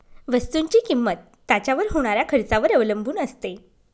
वस्तुची किंमत त्याच्यावर होणाऱ्या खर्चावर अवलंबून असते